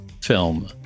Film